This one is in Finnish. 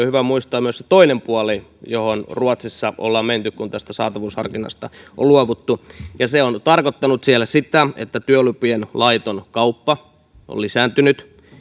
hyvä muistaa myös se toinen puoli johon ruotsissa ollaan menty kun tästä saatavuusharkinnasta on luovuttu se on tarkoittanut siellä sitä että työlupien laiton kauppa on lisääntynyt